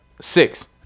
six